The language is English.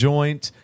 Joint